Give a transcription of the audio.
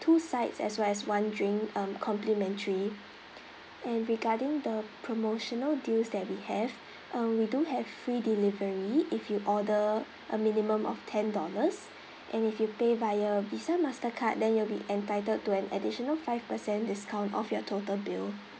two sides as well as one drink um complimentary and regarding the promotional deals that we have um we do have free delivery if you order a minimum of ten dollars and if you pay via visa mastercard then you'll be entitled to an additional five percent discount off your total bill